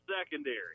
secondary